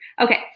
Okay